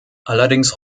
allerdings